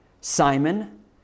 Simon